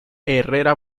herrera